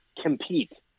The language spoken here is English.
compete